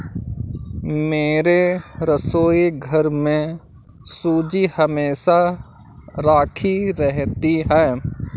मेरे रसोईघर में सूजी हमेशा राखी रहती है